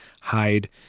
hide